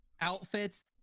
outfits